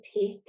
take